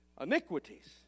iniquities